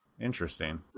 Interesting